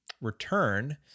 return